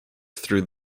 through